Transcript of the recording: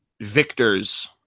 victors